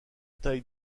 taille